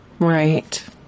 Right